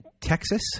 Texas